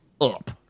up